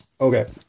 Okay